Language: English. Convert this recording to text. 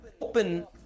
open